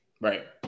Right